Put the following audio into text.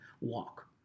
walk